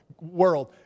world